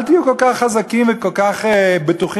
אל תהיו כל כך חזקים וכל כך בטוחים